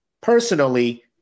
personally